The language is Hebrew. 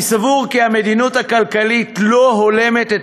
אני סבור כי המדיניות הכלכלית לא הולמת את